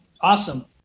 Awesome